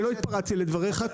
אני לא התפרצתי לדבריך,